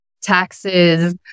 taxes